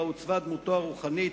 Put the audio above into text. בה עוצבה דמותו הרוחנית,